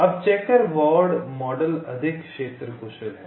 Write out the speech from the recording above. अब checkerboard model अधिक क्षेत्र कुशल है